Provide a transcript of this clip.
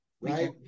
Right